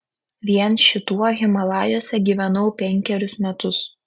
vien šituo himalajuose gyvenau penkerius metus